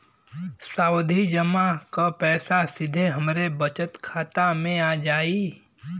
सावधि जमा क पैसा सीधे हमरे बचत खाता मे आ जाई?